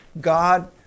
God